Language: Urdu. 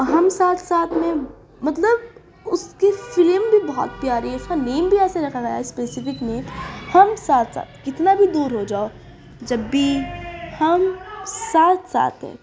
ہم ساتھ ساتھ میں مطلب اس کی فلم بھی بہت پیاری ہے اس کا نیم بھی ایسے رکھا گیا ہے اسپیسفک نیم ہم ساتھ ساتھ کتنا بھی دور ہو جاؤ جب بھی ہم ساتھ ساتھ ہیں